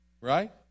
right